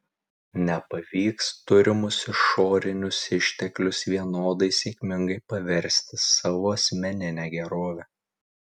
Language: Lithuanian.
nepavyks turimus išorinius išteklius vienodai sėkmingai paversti savo asmenine gerove